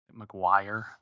mcguire